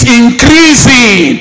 increasing